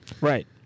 Right